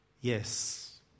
Yes